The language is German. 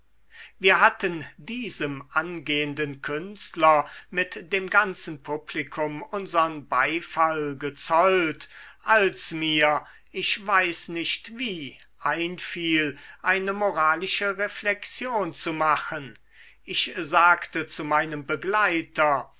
wir hatten diesem angehenden künstler mit dem ganzen publikum unsern beifall gezollt als mir ich weiß nicht wie einfiel eine moralische reflexion zu machen ich sagte zu meinem begleiter